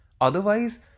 Otherwise